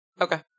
Okay